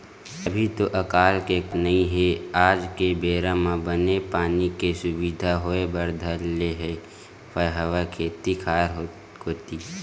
अभी तो अकाल के कोनो बात नई हे आज के बेरा म बने पानी के सुबिधा होय बर धर ले हवय खेत खार कोती